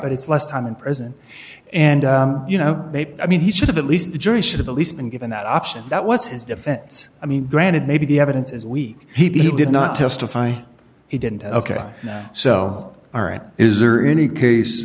but it's less time in prison and you know i mean he should've at least the jury should have at least been given that option that was his defense i mean granted maybe the evidence is weak he did not testify he didn't ok so aren't is there any case